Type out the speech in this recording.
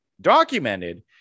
documented